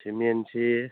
ꯁꯤꯃꯦꯟꯁꯤ